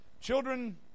children